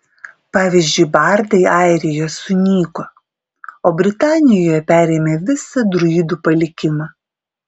pavyzdžiui bardai airijoje sunyko o britanijoje perėmė visą druidų palikimą